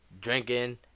drinking